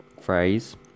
phrase